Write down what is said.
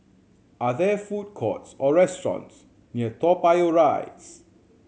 are there food courts or restaurants near Toa Payoh Rise